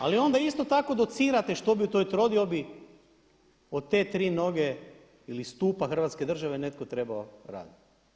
Ali onda isto tako docirate što bi to u toj trodiobi od te tri noge ili stupa Hrvatske države netko trebao raditi.